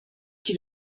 qui